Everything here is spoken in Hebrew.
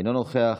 אינו נוכח,